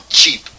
cheap